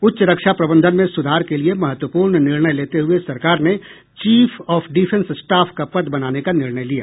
उच्च रक्षा प्रबंधन में सुधार के लिए महत्वपूर्ण निर्णय लेते हुए सरकार ने चीफ आफ डिफेंस स्टाफ का पद बनाने का निर्णय लिया